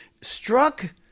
struck